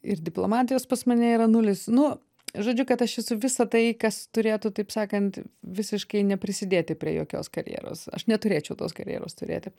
ir diplomatijos pas mane yra nulis nu žodžiu kad aš esu visa tai kas turėtų taip sakant visiškai neprisidėti prie jokios karjeros aš neturėčiau tos karjeros turėti